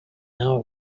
now